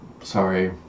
sorry